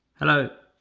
hello!